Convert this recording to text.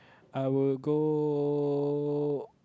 I would go